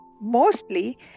Mostly